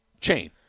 Chain